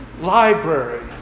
library